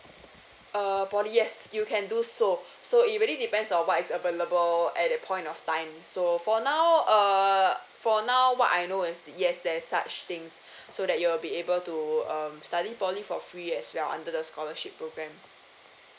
err poly yes you can do so so it really depends on what is available at that point of time so for now err for now what I know is yes there's such things so that you will be able to um study poly for free as well under the scholarship program